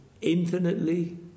infinitely